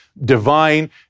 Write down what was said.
divine